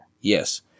Yes